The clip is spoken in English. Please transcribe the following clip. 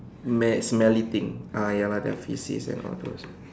mess smelly thing ah ya lah their feces and all those